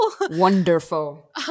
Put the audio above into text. Wonderful